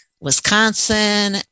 Wisconsin